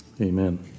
amen